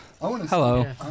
Hello